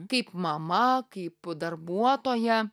kaip mama kaip darbuotoja